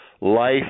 life